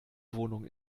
wohnung